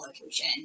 location